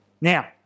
Now